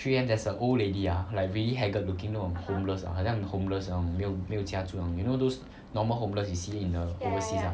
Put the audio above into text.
three A_M there's a old lady ah like really haggard looking 那种 homeless 的很像 homeless 那种没有没有家住 you know those normal homeless you see in the overseas ah